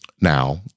now